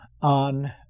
on